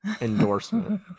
endorsement